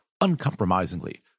uncompromisingly